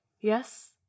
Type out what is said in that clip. Yes